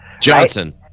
Johnson